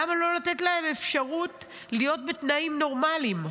למה לא לתת להם אפשרות להיות בתנאים נורמליים?